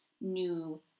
new